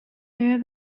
there